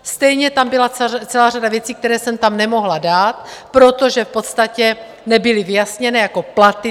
Stejně tam byla celá řada věcí, které jsem tam nemohla dát, protože v podstatě nebyly vyjasněné, jako třeba platy.